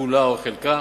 כולה או חלקה.